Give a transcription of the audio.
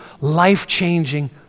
life-changing